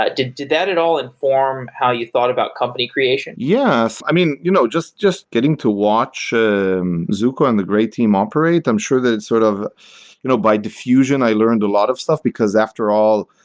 did did that at all inform how you thought about company creation? yeah. i mean, you know just just getting to watch ah um zooko and the great team operate, i'm sure that it's sort of you know by diffusion i learned a lot of stuff, because after all,